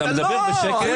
אתה מדבר בשקט --------- הוא